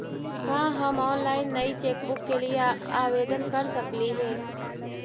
का हम ऑनलाइन नई चेकबुक के लिए आवेदन कर सकली हे